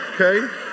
okay